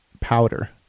powder